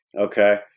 Okay